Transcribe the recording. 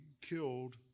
killed